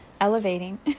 elevating